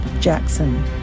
Jackson